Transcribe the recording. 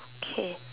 okay